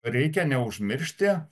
reikia neužmiršti